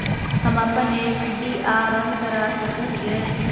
हम अप्पन एफ.डी आ बंद करवा सको हियै